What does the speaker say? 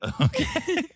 Okay